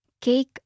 Cake